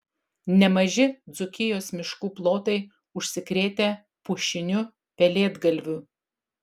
nemaži dzūkijos miškų plotai užsikrėtę pušiniu pelėdgalviu